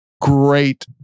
great